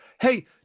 Hey